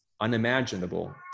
unimaginable